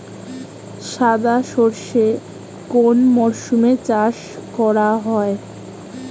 সাদা সর্ষে কোন মরশুমে চাষ করা হয়?